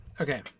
Okay